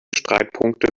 streitpunkte